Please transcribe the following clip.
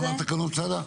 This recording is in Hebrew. מי אמר תקנות סד"א?